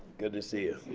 good to see you.